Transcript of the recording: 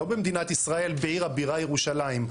לא במדינת ישראל בבירה ירושלים.